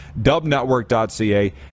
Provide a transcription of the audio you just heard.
Dubnetwork.ca